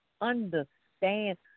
understand